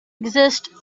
exist